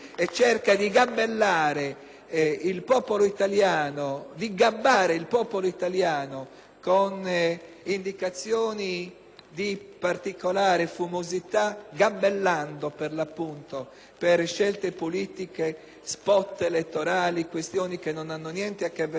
*PD)* e cerca di gabbare il popolo italiano con indicazioni di particolare fumosità gabellando per scelte politiche *spot* elettorali, questioni che non hanno niente a che vedere con la soluzione effettiva